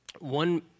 one